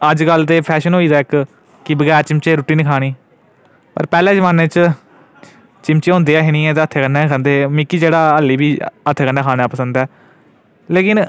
अजकल ते फैशन होई गेदा इक कि बगैर चिमचे रुट्टी निं खानी पर पैह्लें जमाने च चिमचे होंदे ऐ हे निं ते हत्थै कन्नै गै रुट्टी खंदे हे मिक्की जेह्ड़ा हल्ली बी हत्थै कन्नै गै खाना पसंद ऐ लेकिन